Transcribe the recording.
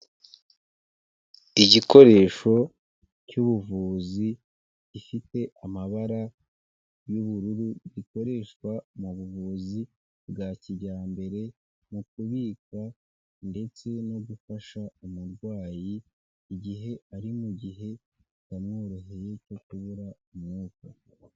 Igikoresho cy'ubuvuzi gifite amabara y'ubururu gikoreshwa mu buvuzi bwa kijyambere mu kubika ndetse no gufasha umurwayi igihe ari mu gihe kitamworoheye cyo kubura umwuka.